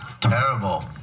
Terrible